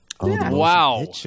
Wow